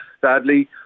sadly